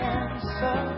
answer